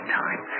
time